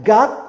God